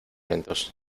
lentos